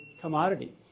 commodity